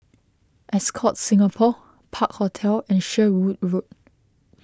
Ascott Singapore Park Hotel and Sherwood Road